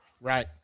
right